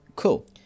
cool